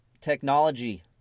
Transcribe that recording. Technology